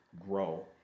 grow